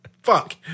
fuck